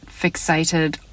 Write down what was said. fixated